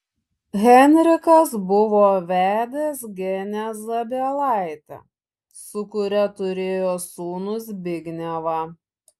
henrikas buvo vedęs genę zabielaitę su kuria turėjo sūnų zbignevą